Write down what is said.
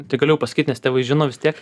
tai galiu jau pasakyt nes tėvai žino vis tiek